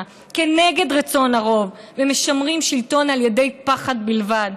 כנגד רצון הרוב ומשמרים שלטון על ידי פחד בלבד.